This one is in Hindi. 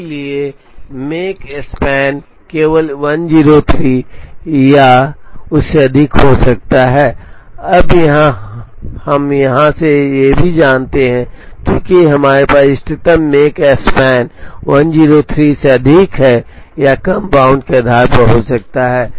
इसलिए मेक स्पैन केवल 103 या उससे अधिक हो सकता है अब हम यहां से यह भी जानते हैं कि चूंकि हमारे पास इष्टतम मेक स्पैन 103 से अधिक है या कम बाउंड के आधार पर हो सकता है